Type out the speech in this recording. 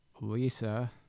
Lisa